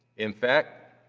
in fact,